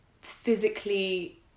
physically